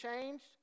changed